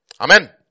Amen